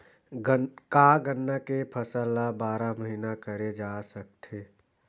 का गन्ना के फसल ल बारह महीन करे जा सकथे?